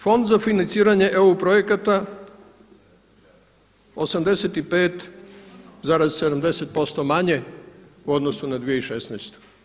Fond za financiranje EU projekata 85,70% manje u odnosu na 2016.